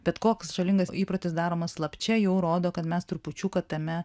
bet koks žalingas įprotis daromas slapčia jau rodo kad mes trupučiuką tame